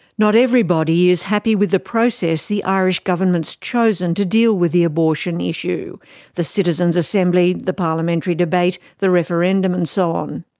not everybody is happy with the process the irish government's chosen to deal with the abortion issue the citizens assembly, the parliamentary debate, the referendum, and so on.